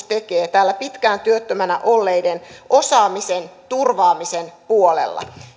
tekee tällä pitkään työttömänä olleiden osaamisen turvaamisen puolella